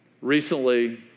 recently